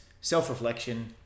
self-reflection